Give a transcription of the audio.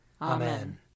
Amen